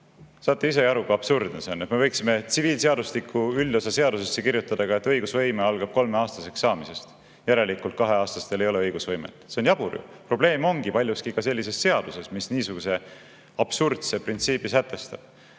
saate ju ise aru, kui absurdne see on. Me võiksime tsiviilseadustiku üldosa seadusesse kirjutada ka, et õigusvõime algab kolmeaastaseks saamisest. Järelikult kaheaastastel ei ole õigusvõimet. See on jabur ju. Probleem ongi paljuski ka sellises seaduses, mis niisuguse absurdse printsiibi sätestab.